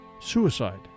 suicide